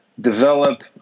develop